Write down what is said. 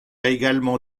également